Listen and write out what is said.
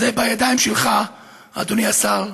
זה בידיים שלך, אדוני השר,